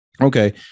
okay